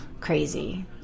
crazy